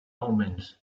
omens